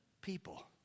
people